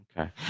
Okay